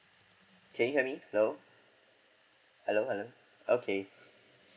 can you hear me hello hello hello okay